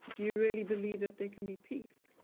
do you really believe that there can be peace?